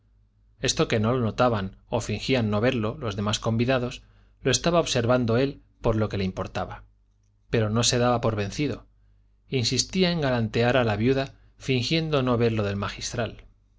esto que no lo notaban o fingían no verlo los demás convidados lo estaba observando él por lo que le importaba pero no se daba por vencido insistía en galantear a la viuda fingiendo no ver lo del magistral